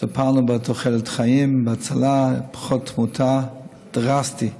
השתפרנו בתוחלת החיים, בהצלה, פחות תמותה, דרסטית.